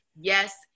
Yes